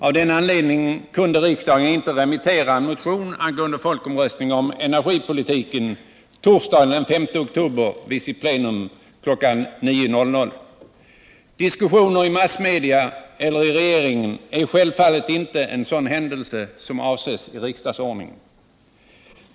Av den anledningen kunde riksdagen inte remittera en motion angående folkomröstning om energipolitiken torsdagen den 5 oktober vid sitt plenum kl. 09.00. Diskussioner i massmedia eller inom regeringen är självfallet inte en sådan händelse som avses i riksdagsordningen.